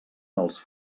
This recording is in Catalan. els